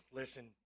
listen